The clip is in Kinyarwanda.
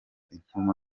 inkoko